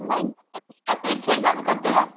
नहीं छः हज़ार में करते हैं